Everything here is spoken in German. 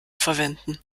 verwenden